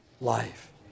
life